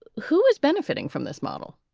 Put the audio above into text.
who is benefiting from this model